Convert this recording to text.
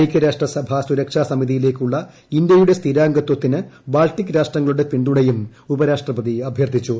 ഐക്യരാഷ്ട്ര സഭാ സുരക്ഷാ സമിതിയിലേക്കുള്ള ഇന്ത്യയുടെ സ്ഥിരാംഗത്വത്തിന് ബാൾട്ടിക് രാഷ്ട്രങ്ങളുടെ പിന്തുണയും ഉപരാഷ്ട്രപതി അഭ്യർത്ഥിച്ചു